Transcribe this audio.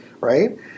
right